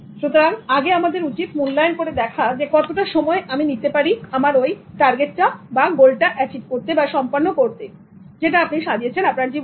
সুতরাং আগে আমাদের উচিত মূল্যায়ন করে দেখা যে কতটা সময় আমি নিতে পারি আমার ওই টার্গেট বা গোল এচিভ বা সম্পন্ন করতে যেটা আপনি সাজিয়েছেন আপনার জীবনে